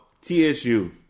TSU